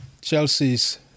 Chelsea's